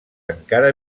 encara